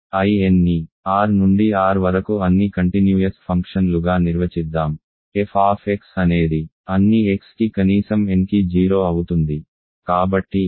Inని R నుండి R వరకు అన్ని కంటిన్యూయస్ ఫంక్షన్లుగా నిర్వచిద్దాం f అనేది అన్ని xకి కనీసం n కి 0 అవుతుంది